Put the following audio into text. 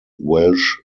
welsh